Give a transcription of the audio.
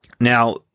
Now